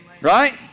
Right